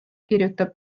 kirjutab